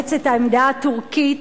לאמץ את העמדה הטורקית,